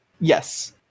Yes